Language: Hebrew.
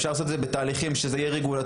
אפשר לעשות את זה בתהליכים שזה יהיה רגולטורית